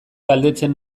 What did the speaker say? galdetzen